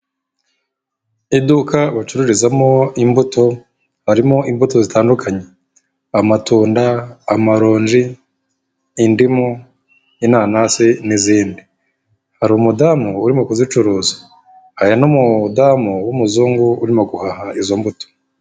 Iduka bacururizamo imbuto harimo imbuto zitandukanye; amatunda, amaronji, indimu, inanasi, n'izindi. Hari umudamu urimo kuzicuruza haya n'umudamu w'umuzungu urimo guhaha izo mbuto.